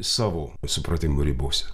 savo supratimo ribose